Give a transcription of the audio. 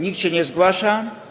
Nikt się nie zgłasza.